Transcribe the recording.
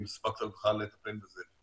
אם הספקת בכלל לטפל בזה.